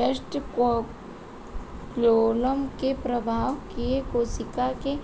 bast phloem के प्रवाह किये कोशिका के